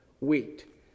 wheat